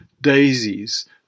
daisies